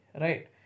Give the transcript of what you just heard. right